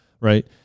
right